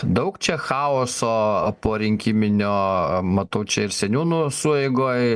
daug čia chaoso porinkiminio matau čia ir seniūnų sueigoj